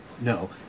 No